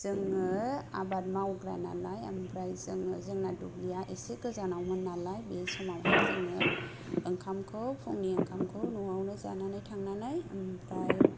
जोंङो आबाद मावग्रा नालाय आमफ्राय जोंङो जोंना दुब्लिआ एसे गोजानावमोन नालाय बे समावहाय जोंङो ओंखामखौ फुंनि ओंखामखौ न'आवनो जानानै थांनानै आमफ्राय